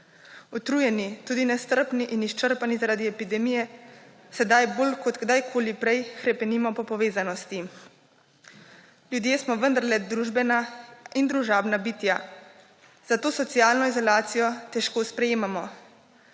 Utrujeni, tudi nestrpni in izčrpani zaradi epidemije sedaj bolj kot kdajkoli prej hrepenimo po povezanosti. Ljudje smo vendarle družbena in družabna bitja, zato socialno izolacijo težko sprejemamo,